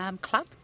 Club